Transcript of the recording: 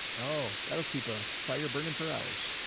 oh, that'll keep a fire burning for hours.